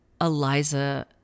eliza